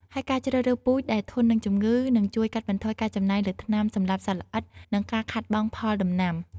ហើយការជ្រើសរើសពូជដែលធន់នឹងជំងឺ នឹងជួយកាត់បន្ថយការចំណាយលើថ្នាំសម្លាប់សត្វល្អិត និងការខាតបង់ផលដំណាំ។